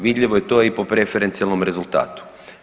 Vidljivo je to i po preferencijalnom rezultatu.